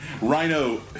Rhino